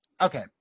okay